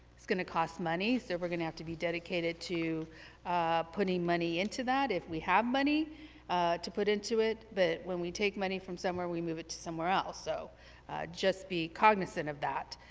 it's going to cost money, so we're going to have to be dedicated to putting money into that to if we have money to put into it. but when we take money from somewhere, we move it to somewhere else, so just be cognizant of that.